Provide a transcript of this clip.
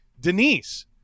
Denise